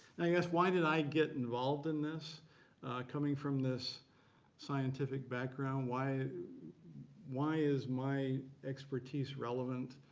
ask why did i get involved in this coming from this scientific background? why why is my expertise relevant?